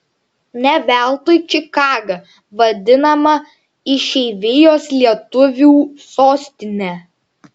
ne veltui čikaga vadinama išeivijos lietuvių sostine